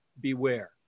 beware